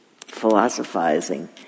philosophizing